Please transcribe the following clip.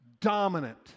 Dominant